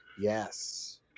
Yes